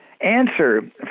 answer